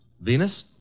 Venus